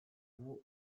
digu